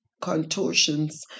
contortions